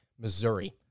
Missouri